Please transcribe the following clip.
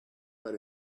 but